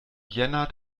jänner